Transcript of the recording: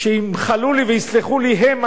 שימחלו לי ויסלחו לי הם,